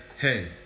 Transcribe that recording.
hey